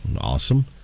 awesome